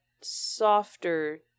softer